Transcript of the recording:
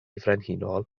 frenhinol